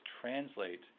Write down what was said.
translate